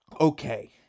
okay